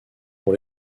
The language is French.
pour